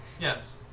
Yes